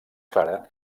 clara